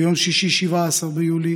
ביום שישי, 17 ביולי,